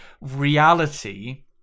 reality